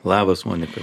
labas monika